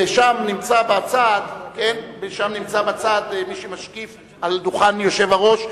ושם נמצא בצד מי שמשקיף על דוכן היושב-ראש,